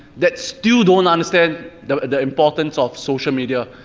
that still don't understand the the importance of social media.